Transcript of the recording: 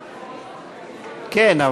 כן,